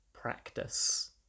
practice